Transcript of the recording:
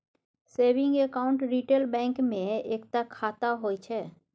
saving account retail bank मे एकता खाता होइ छै